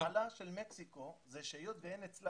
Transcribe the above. ה --- של במקסיקו זה שהיות שאין אצלה